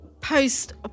post